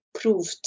proved